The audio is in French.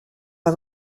pas